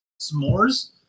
s'mores